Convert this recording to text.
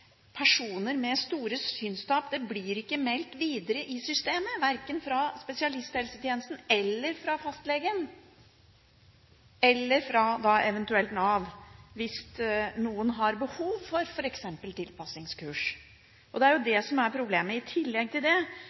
personer med store synstap ikke blir meldt videre i systemet verken fra spesialisthelsetjenesten, fra fastlegen eller eventuelt fra Nav – hvis noen har behov for f.eks. tilpasningskurs. Det er det som er problemet. I tillegg